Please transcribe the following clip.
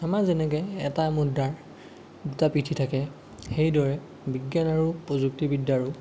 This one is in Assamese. আমাৰ যেনেকৈ এটা মুদ্ৰাৰ দুটা পিঠি থাকে সেইদৰে বিজ্ঞান আৰু প্ৰযুক্তিবিদ্যাৰো